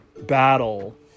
battle